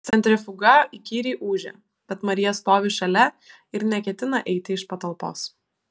centrifuga įkyriai ūžia bet marija stovi šalia ir neketina eiti iš patalpos